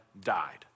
died